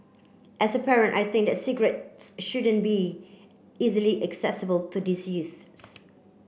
as a parent I think that cigarettes shouldn't be easily accessible to these youths